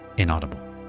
inaudible